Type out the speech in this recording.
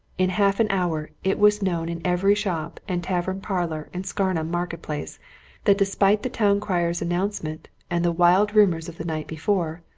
in half an hour it was known in every shop and tavern parlour in scarnham market-place that despite the town-crier's announcement, and the wild rumours of the night before,